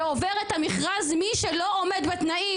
ובסוף עובר את המכרז דווקא מי שלא עומד בתנאים.